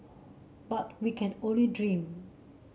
but we can only dream